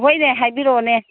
ꯍꯣꯏꯅꯦ ꯍꯥꯏꯕꯤꯔꯛꯑꯣꯅꯦ